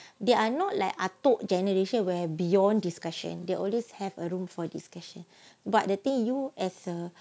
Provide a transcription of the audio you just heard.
I thought generation we're beyond discussion they always have a room for discussion but the thing you as a